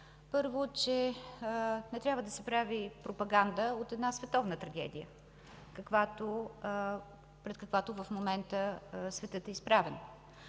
Първо, че не трябва да се прави пропаганда от една световна трагедия, пред каквато в момента светът е изправен.